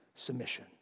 Submission